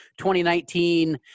2019